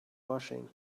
washing